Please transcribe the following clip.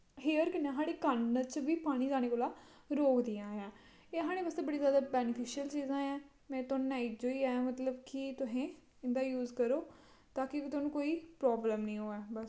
hair कन्नै कन्न च पानी जाने कोला दा रोकदियां नै एह् ते साढ़े बास्तै बड़ी बैनिफिशल चीजां ऐं में ते इ'यो कि तुस इं'दा यूज करो ताकि थोहानू कोई प्राब्लम निं होऐ